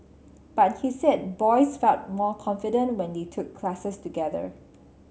but he said boys felt more confident when they took classes together